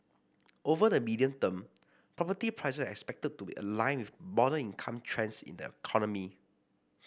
over the medium term property prices are expected to be aligned with broader income trends in the economy